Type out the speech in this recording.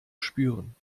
spüren